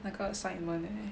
那个 assignment eh